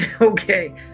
okay